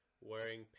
Wearing